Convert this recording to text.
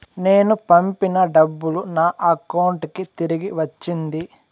నేను పంపిన డబ్బులు నా అకౌంటు కి తిరిగి వచ్చింది